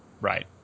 right